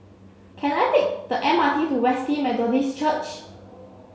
can I take the M R T to Wesley Methodist Church